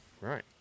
right